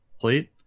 plate